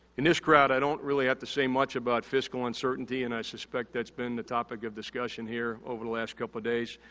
in this crowd, i don't really have to say much about fiscal uncertainty. and, i suspect that's been the topic of discussion here over the last couple of days.